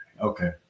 okay